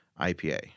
IPA